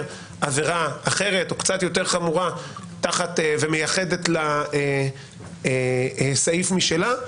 עבירה אחרת או קצת יותר חמורה ומייחדת לה סעיף משלה?